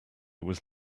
was